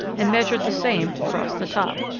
and measured the same across the top.